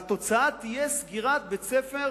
והתוצאה תהיה סגירת בית-ספר